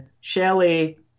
Shelley